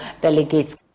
delegates